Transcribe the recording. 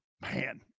Man